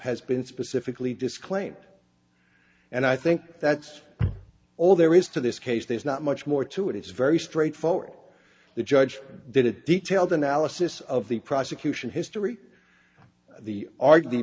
has been specifically disclaimed and i think that's all there is to this case there's not much more to it it's very straightforward the judge did a detailed analysis of the prosecution history the argue the